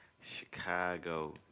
Chicago